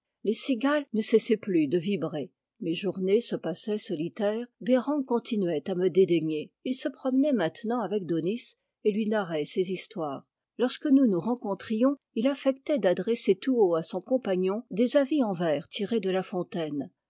les cigales ne cessaient plus de vibrer mes journées se passaient solitaires bereng continuait à me dédaigner il se promenait maintenant avec daunis et lui narrait ses histoires lorsque nous nous rencontrions il affectait d'adresser tout haut à son compagnon des avis en vers tirés de la fontaine